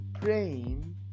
praying